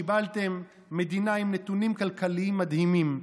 קיבלתם מדינה עם נתונים כלכליים מדהימים.